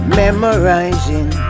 memorizing